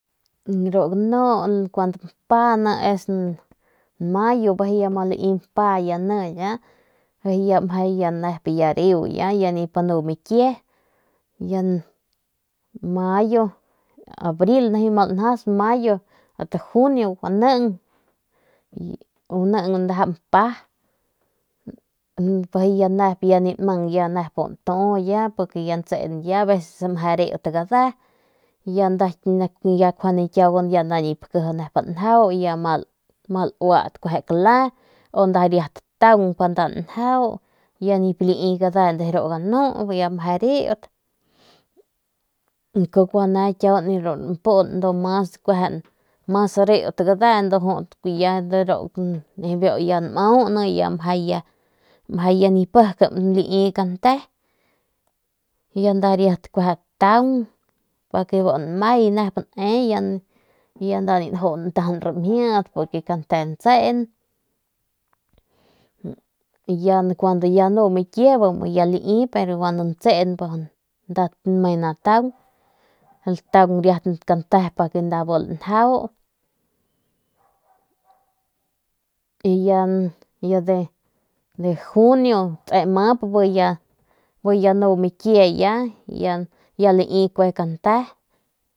Kun de ru ganu es biu mayo bijiy ya laui mpa bijiy ya nep ya reu ya nip nu mikie bijiy ya nep reu bijiy ya ni nep mang ntu porque ya ntsen ya njau ya ni lii gade deru gnu ya mje riet kukua ne ru moun mas arit ya ni b iu mau mje pik nip limi kante ya no ma riat taun no a riat pa ne nee ya nda ni lanju lantajan rimjiet kante ntsen nda me natan riat kante pa nda njau y ya de junio tse amap ya anu mikie.